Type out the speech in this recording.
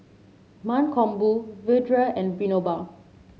Mankombu Vedre and Vinoba